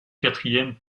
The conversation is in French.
quatrième